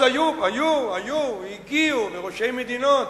אז היו כאן, הגיעו ראשי מדינות,